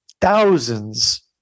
thousands